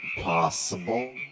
Possible